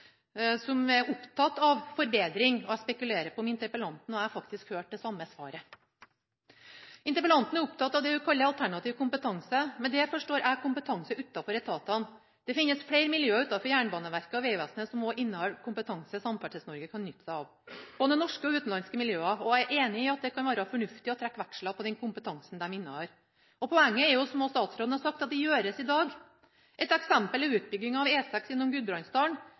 som er opptatt av forbedring, og jeg spekulerer på om interpellanten og jeg faktisk hørte det samme svaret. Interpellanten er opptatt av det hun kaller alternativ kompetanse. Med det forstår jeg kompetanse utenfor etatene. Den finnes flere miljøer utenfor Jernbaneverket og Vegvesenet som også innehar kompetanse som Samferdsels-Norge kan nytte seg av, både norske og utenlandske miljøer. Jeg er enig i at det kan være fornuftig å trekke veksler på den kompetansen de innehar. Poenget er jo, som statsråden også har sagt, at det gjøres i dag. Et eksempel er utbygginga av